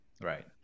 Right